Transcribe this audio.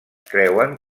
creuen